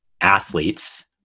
athletes